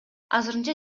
азырынча